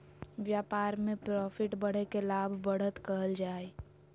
व्यापार में प्रॉफिट बढ़े के लाभ, बढ़त कहल जा हइ